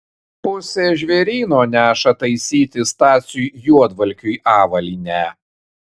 pusė žvėryno neša taisyti stasiui juodvalkiui avalynę